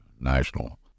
National